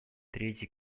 третий